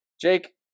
Jake